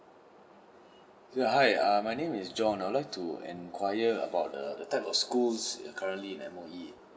yeah hi uh my name is john I would like to enquire about the the type of schools currently in M_O_E